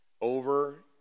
over